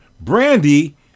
Brandy